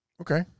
Okay